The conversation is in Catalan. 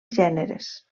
gèneres